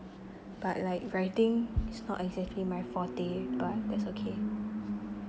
but like writing is not exactly my forte but that's okay